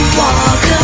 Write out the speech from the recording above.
walk